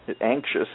Anxious